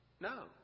No